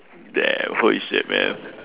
damn holy shit man